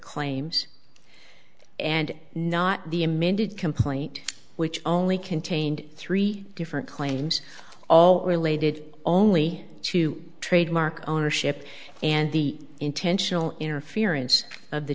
claims and not the amended complaint which only contained three different claims all related only to trademark ownership and the intentional interference of the